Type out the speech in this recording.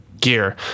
gear